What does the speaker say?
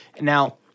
Now